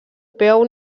peu